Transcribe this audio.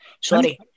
Sorry